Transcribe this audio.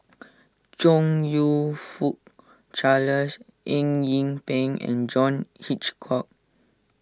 Chong You Fook Charles Eng Yee Peng and John Hitchcock